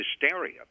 hysteria